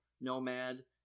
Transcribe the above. Nomad